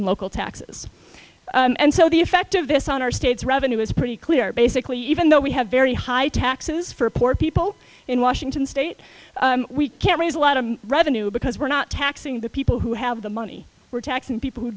and local taxes and so the effect of this on our state's revenue is pretty clear basically even though we have very high taxes for poor people in washington state we can't raise a lot of revenue because we're not taxing the people who have the money we're taxing people who